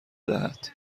دهد